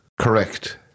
Correct